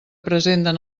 presenten